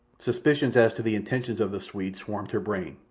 suspicions as to the intentions of the swede swarmed her brain.